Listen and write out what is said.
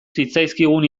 zitzaizkigun